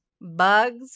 bugs